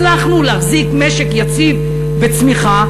הצלחנו להחזיק משק יציב בצמיחה,